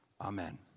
amen